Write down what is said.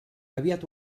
aviat